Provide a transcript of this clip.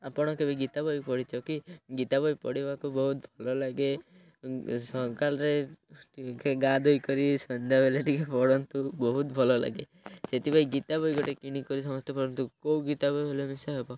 ଆପଣ କେବେ ଗୀତା ବହି ପଢ଼ିଛ କି ଗୀତା ବହି ପଢ଼ିବାକୁ ବହୁତ ଭଲ ଲାଗେ ସକାଳରେ ଟିକେ ଗାଧୋଇକରି ସନ୍ଧ୍ୟାବେଳେ ଟିକେ ପଢ଼ନ୍ତୁ ବହୁତ ଭଲ ଲାଗେ ସେଥିପାଇଁ ଗୀତା ବହି ଗୋଟେ କିଣିକରି ସମସ୍ତେ ପଢ଼ନ୍ତୁ କେଉଁ ଗୀତା ବହି ହେଲେ ମିଶା ହେବ